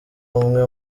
umwe